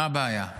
מה הבעיה?